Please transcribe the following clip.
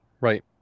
right